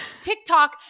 TikTok